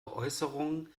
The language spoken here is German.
äußerungen